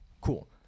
Cool